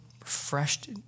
refreshed